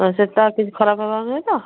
ହଁ ସେଟା କିଛି ଖରାପ ହେବାର ନାହିଁତ